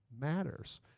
matters